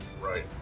Right